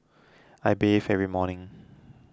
I bathe every morning